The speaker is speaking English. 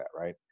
right